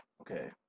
Okay